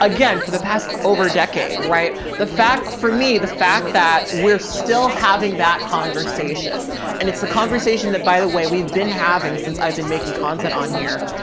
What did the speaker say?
again for the past over a decade. right? the fact for me, the fact that we're still having that conversation and it's the conversation that, by the way we've been having since i've been making content on here,